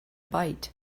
bite